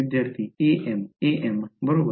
विद्यार्थीam amबरोबर